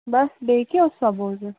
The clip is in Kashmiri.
بَس بیٚیہِ کیٚنٛہہ اوسا بوزُن